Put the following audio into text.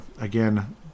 again